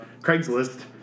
Craigslist